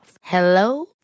Hello